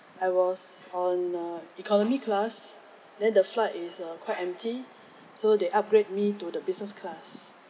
I was on uh economy class then the flight is uh quite empty so they upgrade me to the business class